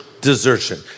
Desertion